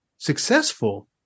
Successful